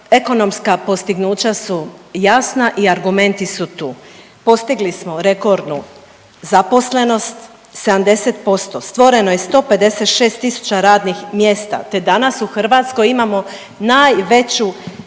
ekonomska postignuća su jasna i argumenti su tu. Postigli smo rekordnu zaposlenost, 70% stvoreno je 156000 radnih mjesta, te danas u Hrvatskoj imamo najveću